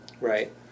Right